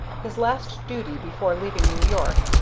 his last duty before leaving new york,